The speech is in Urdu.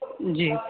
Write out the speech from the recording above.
جی